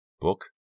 book